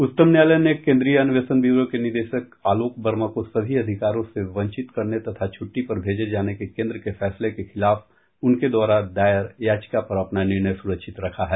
उच्चतम न्यायालय ने केंद्रीय अन्वेषण ब्यूरो के निदेशक आलोक वर्मा को सभी अधिकारों से वंचित करने तथा छुट्टी पर भेजे जाने के केंद्र के फैसले के खिलाफ उनके द्वारा दायर याचिका पर अपना निर्णय सुरक्षित रखा है